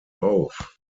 auf